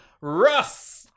russ